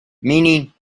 meaning